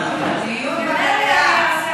ממילא, עוד מעט,